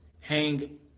hang